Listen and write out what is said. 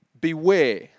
Beware